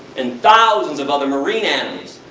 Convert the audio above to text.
and thousands of other marine animals.